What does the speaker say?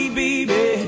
baby